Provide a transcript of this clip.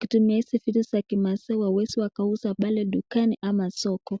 kutumia hizi vitu za kimaasai waweze wakauza pale dukani ama soko.